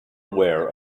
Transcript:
aware